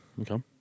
Okay